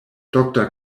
doctor